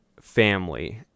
family